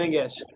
ah yes,